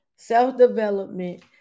Self-development